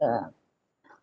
uh